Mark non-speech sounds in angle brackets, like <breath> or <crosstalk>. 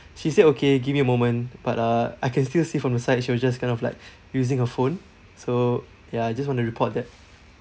she said okay give me a moment but uh I can still see from the side she was just kind of like <breath> using her phone so ya I just want to report that